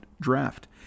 draft